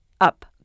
up